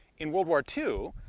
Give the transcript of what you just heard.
in world war two,